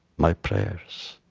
my prayers,